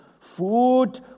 food